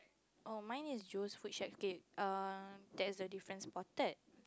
oh mine is Joe's food shack K err there's a difference spotted